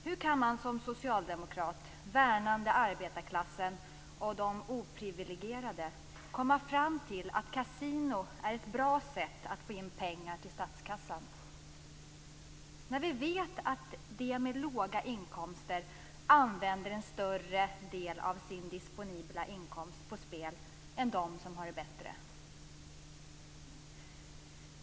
Hur kan man som socialdemokrat värnande arbetarklassen och de opriviligierade komma fram till att kasinon är ett bra sätt att få in pengar till statskassan, när vi vet att de med låga inkomster använder en större del av sin disponibla inkomst på spel än de som har det bättre?